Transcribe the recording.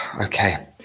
Okay